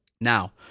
now